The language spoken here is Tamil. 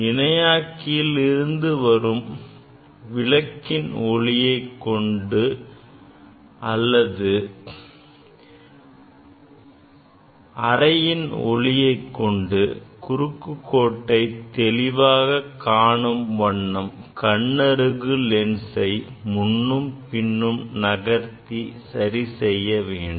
இணையாக்க்கியில் இருந்து வரும் விளக்கின் ஒளியை கொண்டு அல்லது அறையின் ஒளியைக் கொண்டு குறுக்குக்கோட்டை தெளிவாகக் காணும் வண்ணம் கண்ணருகு லென்சை முன்னும் பின்னும் நகர்த்தி சரி செய்ய வேண்டும்